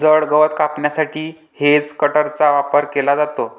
जड गवत कापण्यासाठी हेजकटरचा वापर केला जातो